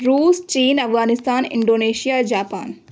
روس چین Afghanistan Indonesia Japan